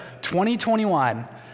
2021